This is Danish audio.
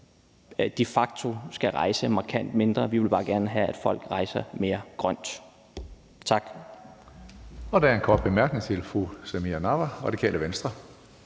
de facto skal rejse markant mindre. Vi vil bare gerne have, at folk rejser mere grønt. Tak.